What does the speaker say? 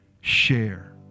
share